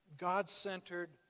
God-centered